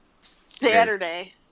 Saturday